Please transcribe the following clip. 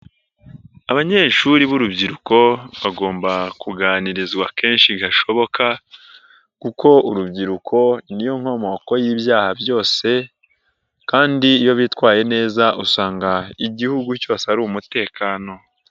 Abanyeshuri b'urubyiruko bagomba kuganirizwa kenshi hashoboka kuko urubyiruko niyo nkomoko y'ibyaha byose kandi iyo bitwaye neza usanga igihugu cyose ari umutekano.